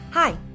Hi